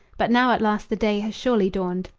but now at last the day has surely dawned.